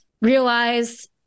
realize